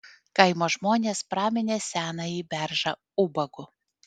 kaimo žmonės praminė senąjį beržą ubagu